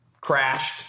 Crashed